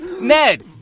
Ned